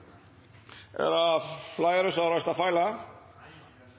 det er fleire som